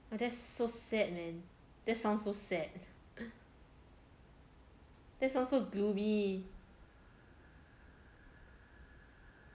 that's so sad man that sounds so sad that sounds so gloomy